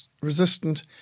resistant